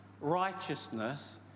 righteousness